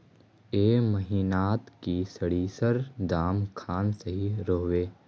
ए महीनात की सरिसर दाम खान सही रोहवे?